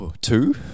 Two